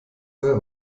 wer